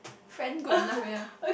friend good enough ya